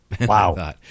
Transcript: Wow